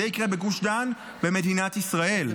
זה יקרה בגוש דן במדינת ישראל.